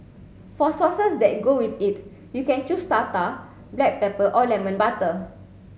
for sauces that go with it you can choose tartar black pepper or lemon butter